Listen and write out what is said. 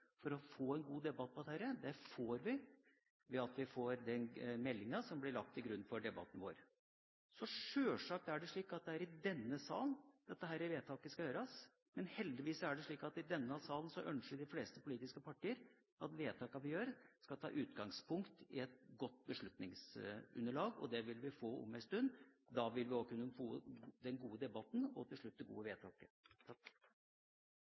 å få en god debatt rundt dette. Det får vi ved at vi får meldinga, som blir lagt til grunn for debatten vår. Så sjølsagt er det slik at det er i denne sal dette vedtaket skal gjøres. Men heldigvis, i denne salen ønsker de fleste politiske partier at vedtakene vi gjør, skal ta utgangspunkt i et godt beslutningsunderlag, og det vil vi få om en stund. Da vil vi også kunne få den gode debatten, og til slutt det gode